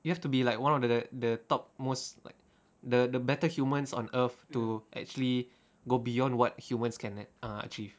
you have to be like one of the the the top most like the the better humans on earth to actually go beyond what humans can an~ ah achieve